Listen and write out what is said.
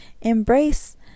Embrace